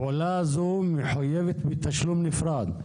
שהפעולה הזאת מחויבת בתשלום נפרד,